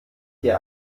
hier